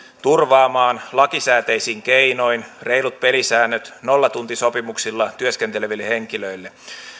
turvaamaan lakisääteisin keinoin reilut pelisäännöt nollatuntisopimuksilla työskenteleville henkilöille